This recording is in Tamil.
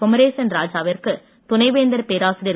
குமரேசன் ராஜா விற்கு துணைவேந்தர் பேராசிரியர்